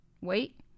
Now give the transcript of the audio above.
wait